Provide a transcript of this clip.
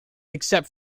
except